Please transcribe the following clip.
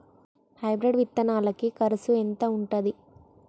Hybrid విత్తనాలకి కరుసు ఎంత ఉంటది?